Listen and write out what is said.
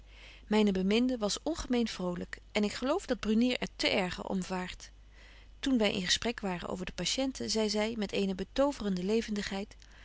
myne beminde was ongemeen vrolyk en ik geloof dat brunier er te erger om vaart toen wy in gesprek waren over de patiente zei zy betje wolff en aagje deken historie van mejuffrouw sara burgerhart met eene betoverende levendigheid